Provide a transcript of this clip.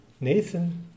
Nathan